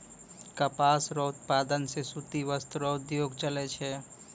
कपास रो उप्तादन से सूती वस्त्र रो उद्योग चलै छै